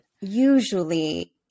usually